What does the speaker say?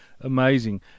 amazing